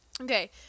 Okay